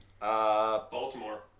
Baltimore